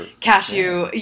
Cashew